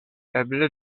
eble